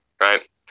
right